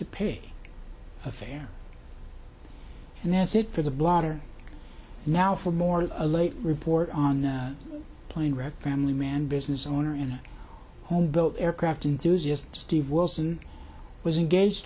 to pay a fair and that's it for the blotter now for more of a late report on the plane wreck family man business owner in a homebuilt aircraft enthusiasm steve wilson was engaged